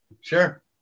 sure